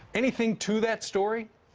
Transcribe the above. anything to that story?